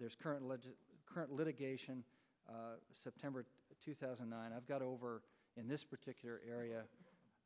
their current legit current litigation september two thousand and nine i've got over in this particular area